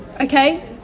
Okay